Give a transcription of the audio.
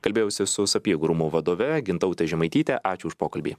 kalbėjausi su sapiegų rūmų vadove gintaute žemaityte ačiū už pokalbį